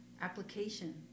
application